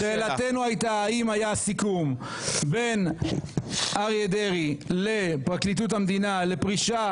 שאלתנו הייתה האם היה סיכום בין אריה דרעי לפרקליטות המדינה לפרישה